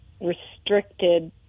restricted